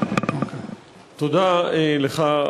תודה לך,